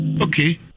Okay